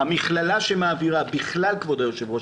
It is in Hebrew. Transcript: אדוני היושב-ראש,